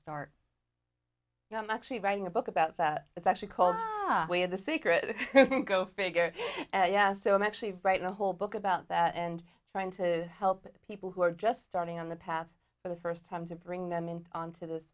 start actually writing a book about that it's actually called the secret go figure yeah so i'm actually writing a whole book about that and trying to help people who are just starting on the path for the first time to bring them in on to this